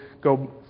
go